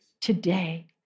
today